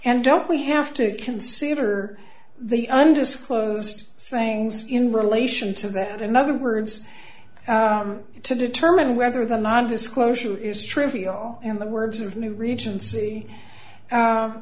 and don't we have to consider the undisclosed things in relation to that in other words to determine whether the nondisclosure is trivial in the words of new regency